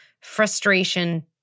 frustration